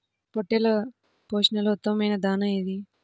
పొట్టెళ్ల పోషణలో ఉత్తమమైన దాణా ఏది?